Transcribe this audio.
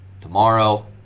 Tomorrow